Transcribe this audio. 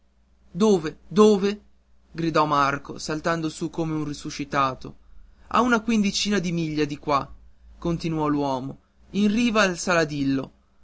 dove dove gridò marco saltando su come un resuscitato a una quindicina di miglia di qua continuò l'uomo in riva al saladillo